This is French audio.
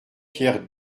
pierre